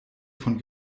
von